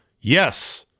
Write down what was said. yes